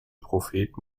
prophet